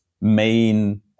main